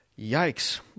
Yikes